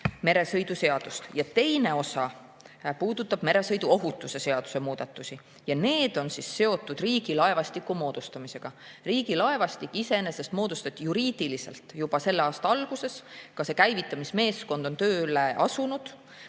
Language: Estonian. meresõidu seadust. [Eelnõu] teine osa puudutab meresõiduohutuse seaduse muudatusi. Need on seotud Riigilaevastiku moodustamisega. Riigilaevastik iseenesest moodustati juriidiliselt juba selle aasta alguses. Ka käivitusmeeskond on tööle asunud.